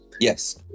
Yes